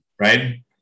right